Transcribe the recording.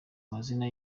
amazina